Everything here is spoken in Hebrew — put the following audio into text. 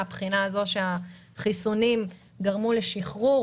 מן הבחינה הזאת שהחיסונים גרמו לשחרור